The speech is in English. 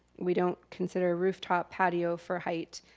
we don't consider rooftop patio for height.